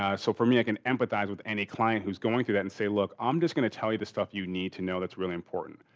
ah so for me, i can empathize with any client who's going through that and say look, i'm just gonna tell you the stuff you need to know that's really important,